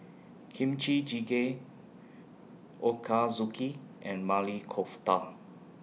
Kimchi Jjigae Ochazuke and Maili Kofta